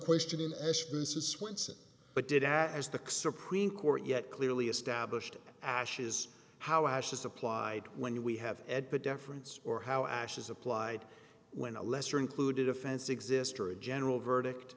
question i asked mrs swenson but did as the supreme court yet clearly established ashes how ash is applied when we have at the deference or how ashes applied when a lesser included offense exist or a general verdict